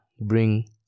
bring